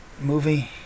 movie